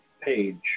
page